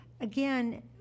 again